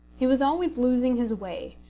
he was always losing his way,